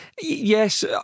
Yes